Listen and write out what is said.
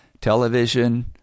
television